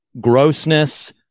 grossness